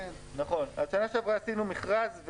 בשנה שעברה עשינו מכרז.